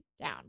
down